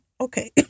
Okay